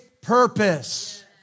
purpose